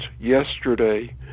yesterday